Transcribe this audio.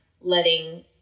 letting